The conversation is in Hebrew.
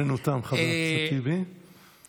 (אומר דברים בשפה הערבית, להלן תרגומם: